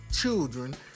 children